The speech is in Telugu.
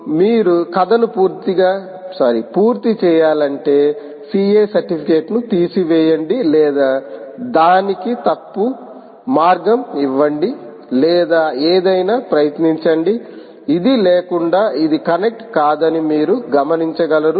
ఇప్పుడు మీరు కథను పూర్తి చేయాలంటే CA సర్టిఫికెట్ను తీసివేయండి లేదా దానికి తప్పు మార్గం ఇవ్వండి లేదా ఏదైనా ప్రయత్నించండి ఇది లేకుండా ఇది కనెక్ట్ కాదని మీరు గమనించగలరు